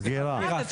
סגירה.